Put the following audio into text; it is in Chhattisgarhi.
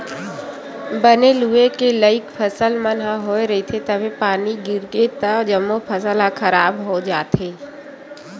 बने लूए के लइक फसल मन ह होए रहिथे तभे पानी गिरगे त जम्मो फसल ह खराब हो जाथे